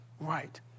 right